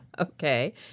okay